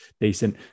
decent